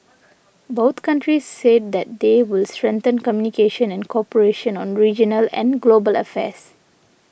both countries said that they will strengthen communication and cooperation on regional and global affairs